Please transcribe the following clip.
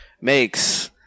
makes –